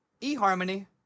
eHarmony